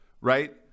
right